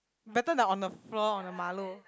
better than on the floor on the 马路